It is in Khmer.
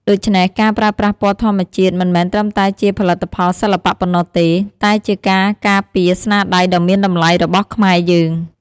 ដូច្នេះ ការប្រើប្រាស់ពណ៌ធម្មជាតិមិនមែនត្រឹមតែជាផលិតផលសិល្បៈប៉ុណ្ណោះទេ តែជាការការពារស្នាដៃដ៏មានតម្លៃរបស់ខ្មែរយើង។